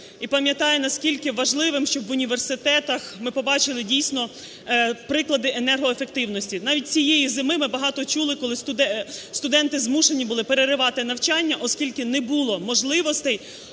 і пам'ятає, наскільки важливим, щоб в університетах ми побачили, дійсно, приклади енергоефективності. Навіть цієї зими ми багато чули, коли студенти змушені були переривати навчання, оскільки не було можливостей